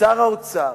ושר האוצר,